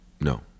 No